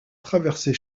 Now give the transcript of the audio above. traverser